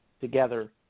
together